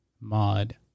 mod